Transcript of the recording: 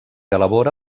elabora